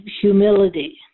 humility